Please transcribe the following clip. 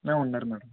ఉన్నారు మేడం